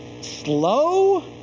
slow